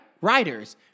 Writers